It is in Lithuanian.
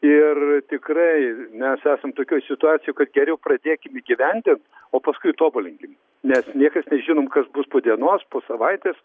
ir tikrai mes esam tokioj situacijoj kad geriau pradėkim įgyvent o paskui tobulinkim nes niekas nežinom kas bus po dienos po savaitės